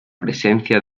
presencia